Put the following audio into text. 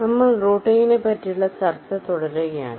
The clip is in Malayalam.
നമ്മൾ റൂട്ടിങ്ങ്നെ പറ്റിയുള്ള ചർച്ച തുടരുകയാണ്